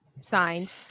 signed